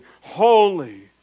holy